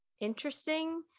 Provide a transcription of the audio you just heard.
interesting